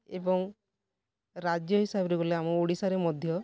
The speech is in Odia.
ଏବଂ ରାଜ୍ୟ ହିସାବରେ ଗଲେ ଆମ ଓଡ଼ିଶାରେ ମଧ୍ୟ